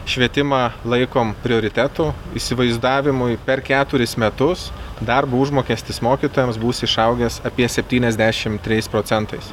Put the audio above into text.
švietimą laikom prioritetu įsivaizdavimui per keturis metus darbo užmokestis mokytojams bus išaugęs apie septyniasdešim trijais procentais